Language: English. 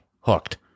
hooked